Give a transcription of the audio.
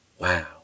wow